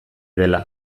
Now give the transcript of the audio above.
dela